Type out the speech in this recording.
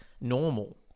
normal